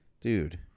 dude